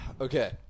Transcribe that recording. Okay